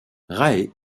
rae